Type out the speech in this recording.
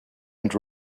and